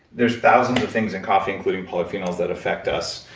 there's thousands of things in coffee including polyphenols that affect us.